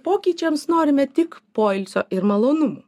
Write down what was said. pokyčiams norime tik poilsio ir malonumų